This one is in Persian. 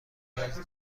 نیاز